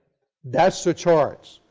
that's the charge.